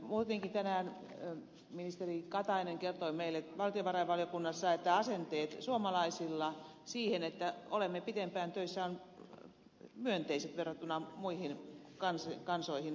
muutenkin tänään ministeri katainen kertoi meille valtiovarainvaliokunnassa että asenteet suomalaisilla siihen että olemme pitempään töissä ovat myönteiset verrattuna muihin kansoihin euroopassa